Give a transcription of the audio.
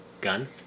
gun